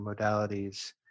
modalities